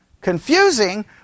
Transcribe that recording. Confusing